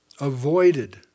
avoided